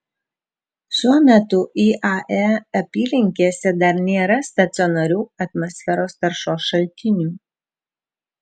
šiuo metu iae apylinkėse dar nėra stacionarių atmosferos taršos šaltinių